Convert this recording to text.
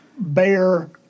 bear